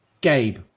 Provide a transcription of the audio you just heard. Gabe